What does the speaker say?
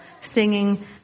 singing